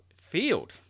field